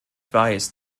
weiß